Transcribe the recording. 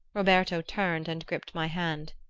roberto turned and gripped my hand.